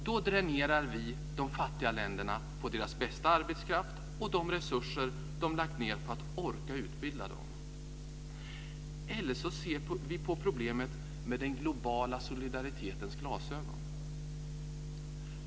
Då dränerar vi de fattiga länderna på deras bästa arbetskraft och de resurser de lagt ned på att orka utbilda dem. Eller också ser vi på problemet med den globala solidaritetens glasögon.